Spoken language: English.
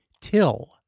Till